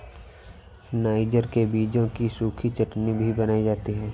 niger के बीजों की सूखी चटनी भी बनाई जाती है